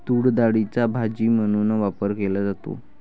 तूरडाळीचा भाजी म्हणून वापर केला जातो